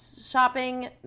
shopping